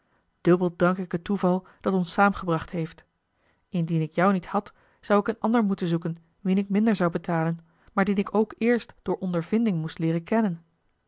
dubbel dank ik het toeval dat ons saamgebracht heeft indien ik jou niet had zou ik een ander moeten zoeken wien ik minder zou betalen maar dien ik ook eerst door ondervinding moest leeren kennen